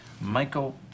Michael